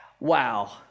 Wow